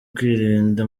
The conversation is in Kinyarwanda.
kwirinda